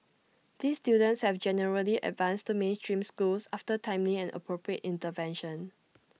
these children have generally advanced to mainstream schools after timely and appropriate intervention